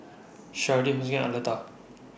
Sharday Hortencia and Arletta